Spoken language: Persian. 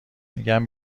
میگم